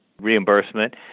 reimbursement